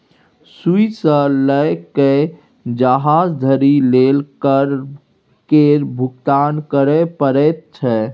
सुइया सँ लए कए जहाज धरि लेल कर केर भुगतान करय परैत छै